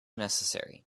necessary